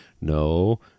no